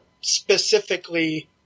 specifically